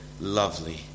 lovely